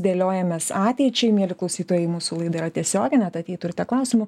dėliojamės ateičiai mieli klausytojai mūsų laida yra tiesioginė tad jei turite klausimų